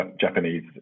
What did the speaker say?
Japanese